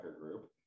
group